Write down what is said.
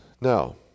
Now